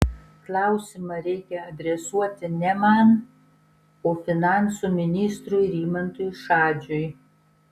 klausimą reikia adresuoti ne man o finansų ministrui rimantui šadžiui